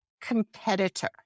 competitor